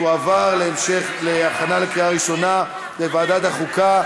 תועבר להכנה לקריאה ראשונה לוועדת החוקה,